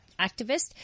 activist